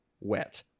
Wet